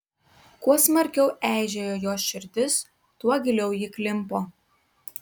kuo smarkiau eižėjo jos širdis tuo giliau ji klimpo